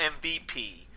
MVP